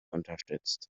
unterstützt